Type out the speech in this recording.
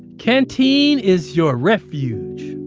canteen is your refuge.